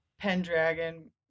Pendragon